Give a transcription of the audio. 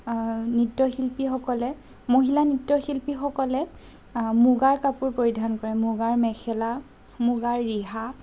নৃত্যশিল্পীসকলে মহিলা নৃত্যশিল্পীসকলে মুগাৰ কাপোৰ পৰিধান কৰে মুগাৰ মেখেলা মুগাৰ ৰিহা